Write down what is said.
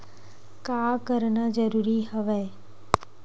का करना जरूरी हवय?